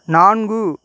நான்கு